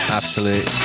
absolute